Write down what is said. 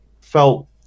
felt